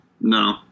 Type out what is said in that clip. No